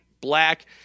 black